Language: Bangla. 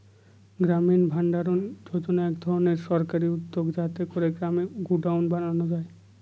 গ্রামীণ ভাণ্ডারণ যোজনা এক ধরনের সরকারি উদ্যোগ যাতে করে গ্রামে গডাউন বানানো যায়